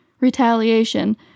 retaliation